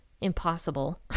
impossible